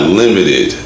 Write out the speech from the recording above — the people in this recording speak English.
limited